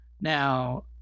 Now